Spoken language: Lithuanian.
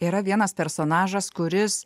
yra vienas personažas kuris